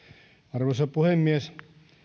arvoisa puhemies